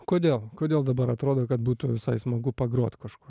kodėl kodėl dabar atrodo kad būtų visai smagu pagrot kažkuo